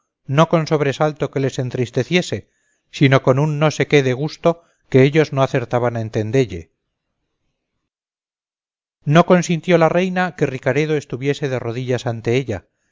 no con sobresalto que les entristeciese sino con un no sé qué de gusto que ellos no acertaban a entendelle no consintió la reina que ricaredo estuviese de rodillas ante ella